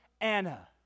Anna